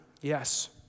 yes